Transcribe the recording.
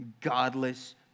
godless